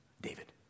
David